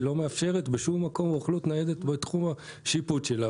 לא מאפשרת בשום מקום רוכלות ניידת בתחום השיפוט שלה,